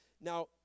Now